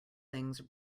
things